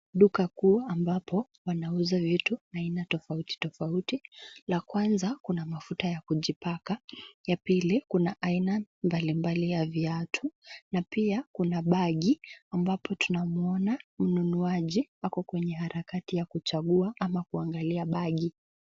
Duka kuu ambapo wanauza vitu aina tofautitofauti. La kwanza kuna mafuta ya kujipaka, ya pili kuna aina mbalimbali ya viatu na pia kuna bagi ambapo tunamuona mnunuaji ako kwenye harakati ya kuchagua ama kuangalia bagi.